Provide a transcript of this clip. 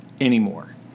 anymore